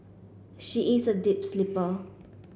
she is a deep sleeper